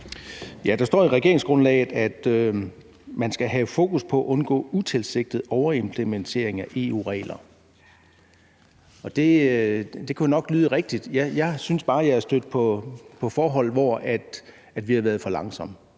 Der står i regeringsgrundlaget, at man skal have fokus på at undgå utilsigtet overimplementering af EU-regler, og det kunne nok lyde rigtigt. Jeg synes bare, jeg er stødt på forhold, hvor vi har været for langsomme,